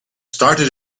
started